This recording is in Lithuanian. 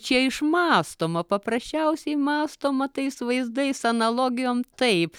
čia išmąstoma paprasčiausiai mąstoma tais vaizdais analogijom taip